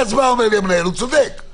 הצבעה ההסתייגות לא התקבלה.